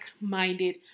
minded